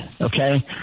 okay